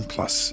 Plus